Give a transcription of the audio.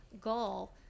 goal –